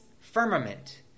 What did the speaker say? firmament